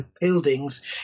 buildings